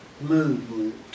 movement